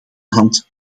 hand